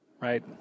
right